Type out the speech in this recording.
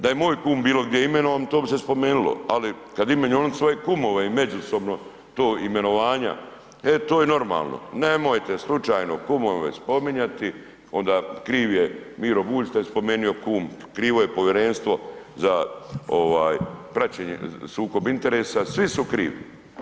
Da je moj kum bilo gdje imenovan to bi se spomenulo, ali kad imenuju oni svoje kumove i međusobno to imenovanja, e to je normalno, nemojte slučajno kumove spominjati onda kriv je Miro Bulj što je spomenu kum, krivo je povjerenstvo za ovaj praćenje sukob interesa, svi su krivi.